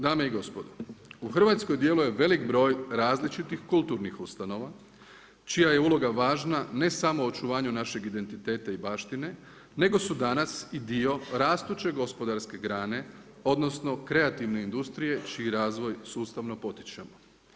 Dame i gospodo, u Hrvatskoj djeluje velik broj različitih kulturnih ustanova čija je uloga važna, ne samo očuvanju našeg identiteta i baštine nego su danas i dio rastuće gospodarske grane odnosno kreativne industrije čiji razvoj sustavno potičemo.